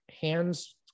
hands